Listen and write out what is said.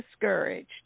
discouraged